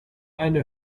eine